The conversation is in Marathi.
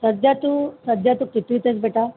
सध्या तू सध्या तू कितीवीत आहेस बेटा